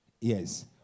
Yes